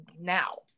now